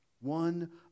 one